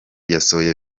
yasohoye